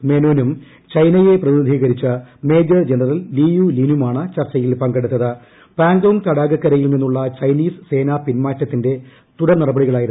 മേനോനും ചൈനയെ പ്രതിനിധീക്ക് മേജർ ജനറൽ ലീയു ലിനുമാണ് ചർച്ചയിൽ തടാകക്കരയിൽ നിന്നുള്ള ക്ക്ച്നീസ് സേനാ പിൻമാറ്റത്തിന്റെ തുടർ നടപടികളായിരുന്നു